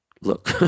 look